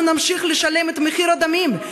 אנחנו נמשיך לשלם את מחיר הדמים.